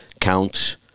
counts